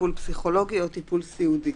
טיפול פסיכולוגי או טיפול סיעודי,"